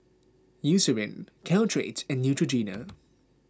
Eucerin Caltrate and Neutrogena